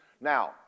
Now